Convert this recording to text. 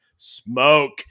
smoke